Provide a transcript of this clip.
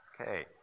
okay